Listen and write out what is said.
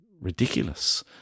ridiculous